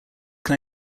can